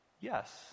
Yes